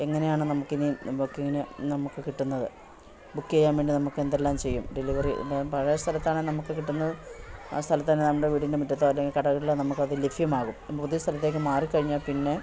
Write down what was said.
എങ്ങനെയാണ് നമുക്കിതിന് ബുക്കിങ്ങിന് നമുക്ക് കിട്ടുന്നത് ബുക്ക് ചെയ്യാൻ വേണ്ടി നമുക്കെന്തെല്ലാം ചെയ്യും ഡെലിവറി എന്താ പഴയ സ്ഥലത്താണെങ്കിൽ നമുക്ക് കിട്ടുന്നത് ആ സ്ഥലത്തു തന്നെ നമ്മുടെ വീടിൻ്റെ മുറ്റത്തോ അല്ലെങ്കിൽ കടകളിലോ നമുക്കത് ലഭ്യമാകും പുതിയ സ്ഥലത്തേക്ക് മാറിക്കഴിഞ്ഞാൽ പിന്നെ